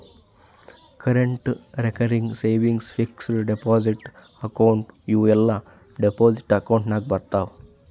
current, recurring, savings, fixed deposit account ಇವೂ ಎಲ್ಲಾ deposit account ನಾಗ್ ಬರ್ತಾವ್